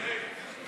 אוקיי,